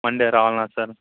Monday రావాల sir